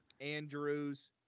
Andrews